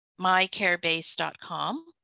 mycarebase.com